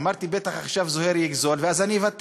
אמרתי: בטח עכשיו זוהיר יגזול ואז אני אוותר.